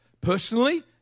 Personally